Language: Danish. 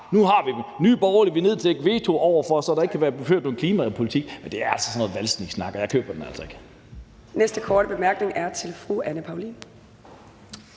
nu har vi dem; Nye Borgerlige vil nedlægge veto, så der ikke kan blive ført nogen klimapolitik. Men det er altså sådan noget valgsniksnak, og jeg køber den altså ikke.